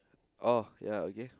oh yeah okay